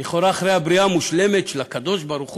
לכאורה אחרי הבריאה המושלמת של הקדוש-ברוך-הוא,